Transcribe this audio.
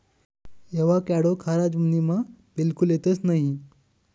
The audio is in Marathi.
एवाकॅडो खारा जमीनमा बिलकुल येतंस नयी